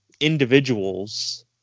individuals